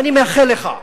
ואני מאחל לך,